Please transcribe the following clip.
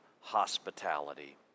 hospitality